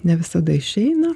ne visada išeina